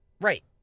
Right